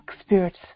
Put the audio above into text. spirits